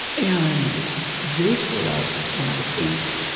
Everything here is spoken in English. and they split up when i was eight.